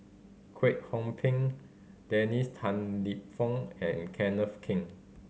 Kwek Hong Png Dennis Tan Lip Fong and Kenneth King